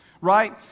right